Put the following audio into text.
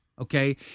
Okay